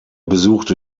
besuchte